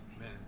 Man